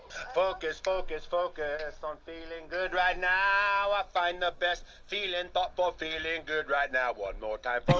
focus focus focus on feeling good right now i find the best feeling thought for feeling good right now one more time